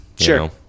Sure